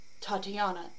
Tatiana